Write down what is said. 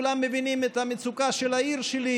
כולם מבינים את המצוקה של העיר שלי,